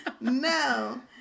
No